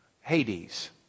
Hades